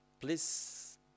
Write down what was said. please